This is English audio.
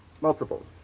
multiple